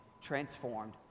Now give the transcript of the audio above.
transformed